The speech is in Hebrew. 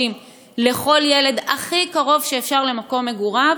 לכל ילד הכי קרוב שאפשר למקום מגוריו,